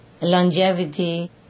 longevity